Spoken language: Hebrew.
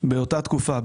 באותה תקופה,